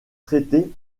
traité